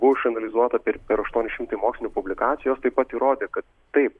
buvo išanalizuota per per aštuoni šimtai mokslinių publikacijų jos taip pat įrodė kad taip